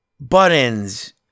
buttons